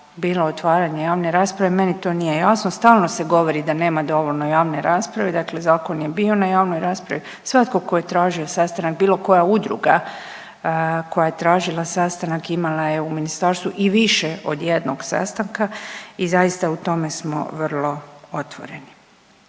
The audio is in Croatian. bilo otvaranje javne rasprave, meni to nije jasno, stalno se govori da nema dovoljno javne rasprave, dakle Zakon je bio na javnoj raspravi, svatko tko je tražio sastanak, bilo koja udruga koja je tražila sastanak imala je u Ministarstvu i više od jednog sastanka i zaista u tome smo vrlo otvoreni.